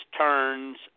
turns